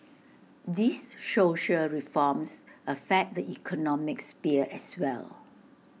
these social reforms affect the economic sphere as well